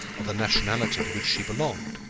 of the nationality to which she belonged.